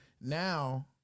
now